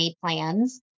plans